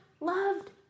loved